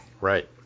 Right